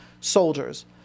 soldiers